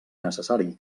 necessari